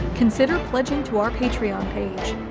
consider pledging to our patreon page.